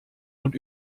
und